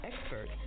expert